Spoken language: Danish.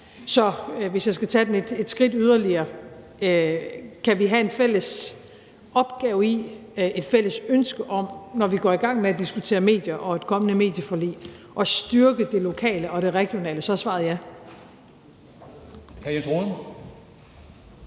Så hvis jeg skal tage den et skridt videre, altså om vi kan have en fælles opgave i, et fælles ønske om, når vi går i gang med at diskutere medier og et kommende medieforlig, at styrke det lokale og det regionale, så er svaret ja.